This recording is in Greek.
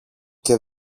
και